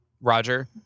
Roger